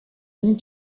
unis